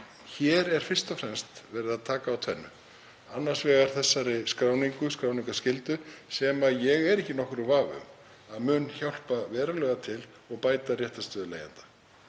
Hér er fyrst og fremst verið að taka á tvennu, annars vegar þessari skráningarskyldu, sem ég er ekki í nokkrum vafa um að mun hjálpa verulega til og bæta réttarstöðu leigjenda,